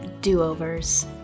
do-overs